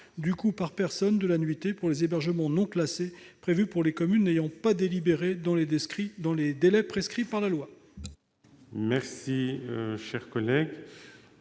du coût par personne de la nuitée pour les hébergements non classés, prévue pour les communes n'ayant pas délibéré dans les délais prescrits par la loi. Quel est l'avis